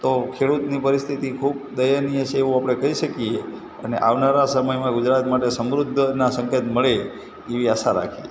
તો ખેડૂતની પરિસ્થિતિ ખૂબ દયનીય છે એવું આપણે કહીં શકીએ અને આવનારા સમયમાં ગુજરાત માટે સમૃદ્ધીના સંકેત મળે એવી આશા રાખીએ